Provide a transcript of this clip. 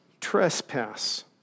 trespass